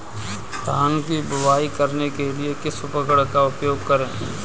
धान की बुवाई करने के लिए किस उपकरण का उपयोग करें?